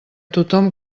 tothom